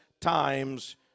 Times